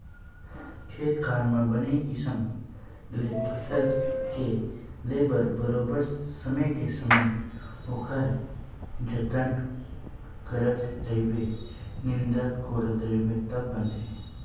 खेत खार म बने किसम ले फसल के ले बर बरोबर समे के समे ओखर जतन करत रहिबे निंदत कोड़त रहिबे तब बनथे